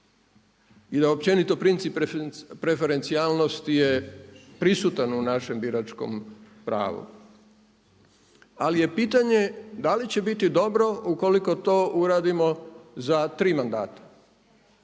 i da općenito princip preferencijalnosti je prisutan u našem biračkom pravu, ali je pitanje da li će biti dobro ukoliko to uradimo za tri mandata.